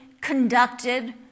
conducted